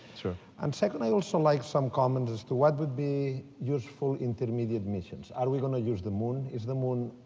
sure. and second, i'd also like some comment as to what would be useful intermediate missions. are we gonna use the moon? is the moon